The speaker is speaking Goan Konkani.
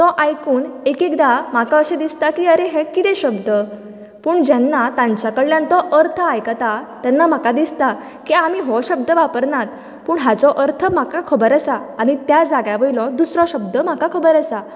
तो आयकून एक एकदां म्हाका अशें दिसता की अरे हे कितें शब्द पूण जेन्ना तांच्या कडल्यान जो अर्थ आयकता तेन्ना म्हाका दिसता की आमी हो शब्द वापरनात पूण हाचो अर्थ म्हाका खबर आसा आनी त्या जाग्यावयलो दुसरो शब्द म्हाका खबर आसा